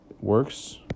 works